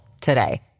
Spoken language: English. today